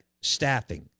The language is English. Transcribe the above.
staffing